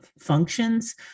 Functions